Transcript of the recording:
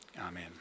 Amen